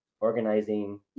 organizing